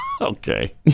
Okay